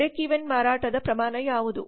break even ಮಾರಾಟದ ಪ್ರಮಾಣ ಯಾವುದು